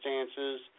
circumstances